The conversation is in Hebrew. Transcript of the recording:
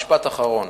משפט אחרון,